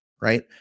right